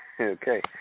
Okay